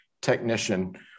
technician